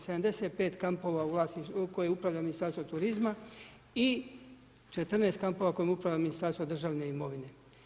75 kampova kojima upravlja Ministarstvo turizma i 14 kampova kojim upravlja Ministarstvo državne imovine.